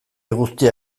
guztia